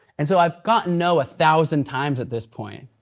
and so i've gotten no a thousand times at this point.